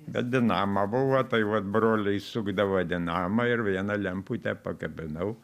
bet dinama buvo tai vat broliai sukdavo dinamą ir vieną lemputę pakabinau